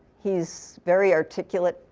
he's very articulate.